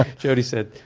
jody said,